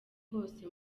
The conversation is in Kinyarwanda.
kose